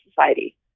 society